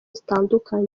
zitandukanye